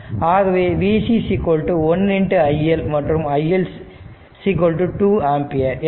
ஆகவே v C 1 i L மற்றும் i L 2 ampere